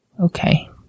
Okay